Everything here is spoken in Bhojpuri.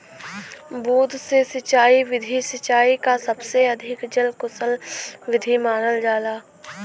बूंद से सिंचाई विधि सिंचाई क सबसे अधिक जल कुसल विधि मानल जाला